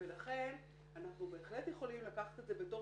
ולכן אנחנו בהחלט יכולים לקחת את זה בתור